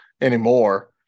anymore